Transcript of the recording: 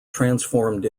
transformed